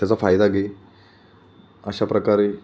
त्याचा फायदा घे अशा प्रकारे